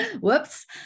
Whoops